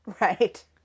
Right